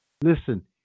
Listen